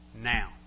Now